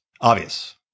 obvious